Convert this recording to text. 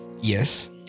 Yes